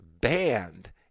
banned